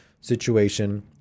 situation